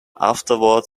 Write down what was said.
afterward